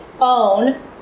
own